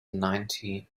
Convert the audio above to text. ninety